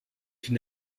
une